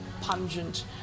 pungent